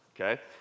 okay